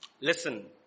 Listen